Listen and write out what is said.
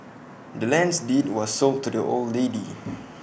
the land's deed was sold to the old lady